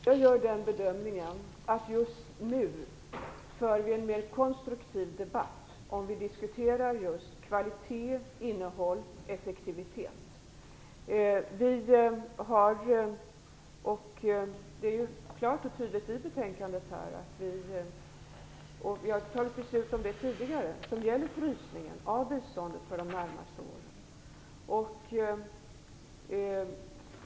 Jag gör den bedömningen att vi just nu för en mer konstruktiv debatt om vi diskuterar just kvalitet, innehåll och effektivitet. Vi har tidigare fattat beslut om en frysning av biståndet för de närmaste åren.